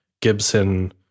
Gibson